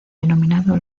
denominado